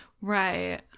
Right